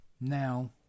Now